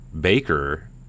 Baker